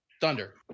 Thunder